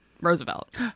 Roosevelt